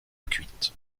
cuite